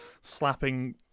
slapping